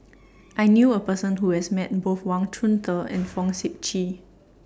I knew A Person Who has Met Both Wang Chunde and Fong Sip Chee